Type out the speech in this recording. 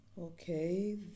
Okay